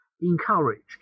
encouraged